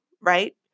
right